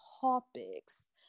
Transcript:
topics